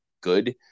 good